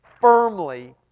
firmly